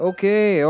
Okay